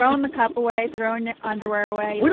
throwing the cup away, throwing your underwear away, you're but